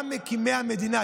גם מקימי המדינה,